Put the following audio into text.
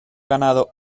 ganado